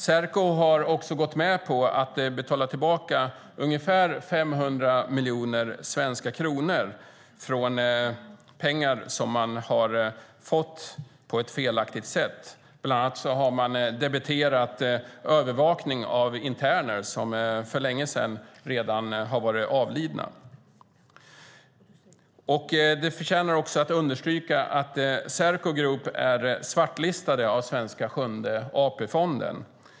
Serco har också gått med på att betala tillbaka ungefär 500 miljoner svenska kronor av de pengar de fått felaktigt. De har bland annat debiterat övervakning av interner som för länge sedan avlidit. Det förtjänar också att understrykas att Serco Group är svartlistat av svenska Sjunde AP-fonden.